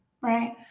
Right